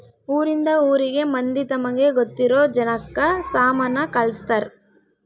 ಊರಿಂದ ಊರಿಗೆ ಮಂದಿ ತಮಗೆ ಗೊತ್ತಿರೊ ಜನಕ್ಕ ಸಾಮನ ಕಳ್ಸ್ತರ್